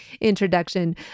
introduction